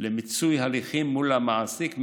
למיצוי הליכים מול המעסיק,